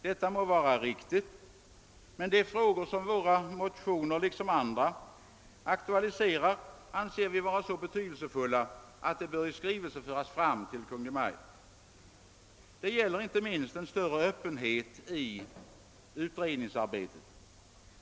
Detta må vara riktigt, men de frågor som våra motioner, liksom andra, aktualiserar anser vi vara så betydelsefulla, att de bör i skrivelse föras fram till Kungl. Maj:t. Detta gäller inte minst en större öppenhet i utredningsarbetet.